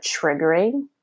triggering